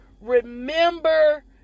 remember